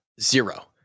zero